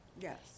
Yes